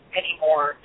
anymore